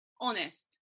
honest